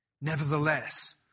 nevertheless